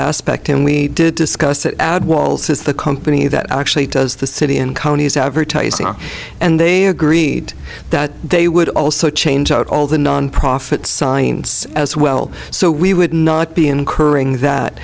aspect and we did discuss that ad wall says the company that actually does the city in county is advertising and they agreed that they would also change out all the non profit signs as well so we would not be incurring that